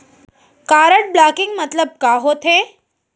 Card blocking मतलब का होथे?